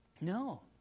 No